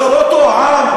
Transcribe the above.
זה לא אותו עם?